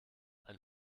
ein